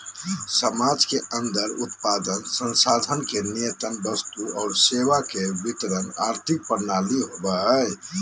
समाज के अन्दर उत्पादन, संसाधन के नियतन वस्तु और सेवा के वितरण आर्थिक प्रणाली होवो हइ